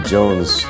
Jones